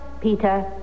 Peter